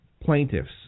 plaintiffs